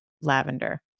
lavender